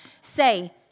say